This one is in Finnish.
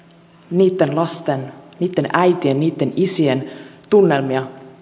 niitten lasten niitten äitien niitten isien tunnelmia